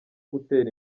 gutera